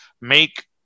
make